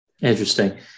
interesting